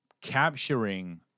capturing